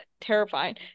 terrifying